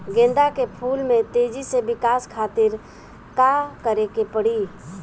गेंदा के फूल में तेजी से विकास खातिर का करे के पड़ी?